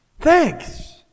thanks